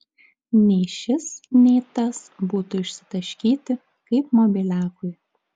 nei šis nei tas būtų išsitaškyti kaip mobiliakui